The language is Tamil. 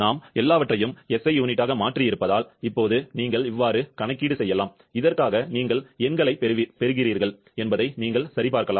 நாம் எல்லாவற்றையும் SI யூனிட்டாக மாற்றியிருப்பதால் இப்போது நீங்கள் கணக்கீடு செய்யலாம் இதற்காக நீங்கள் எண்களைப் பெறுகிறீர்கள் என்பதை நீங்கள் சரிபார்க்கலாம்